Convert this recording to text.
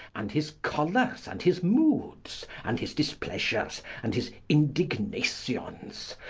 and his chollers, and his moodes, and his displeasures, and his indignations,